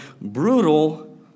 brutal